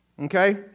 Okay